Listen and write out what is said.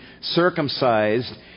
circumcised